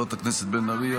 חברת הכנסת בן ארי,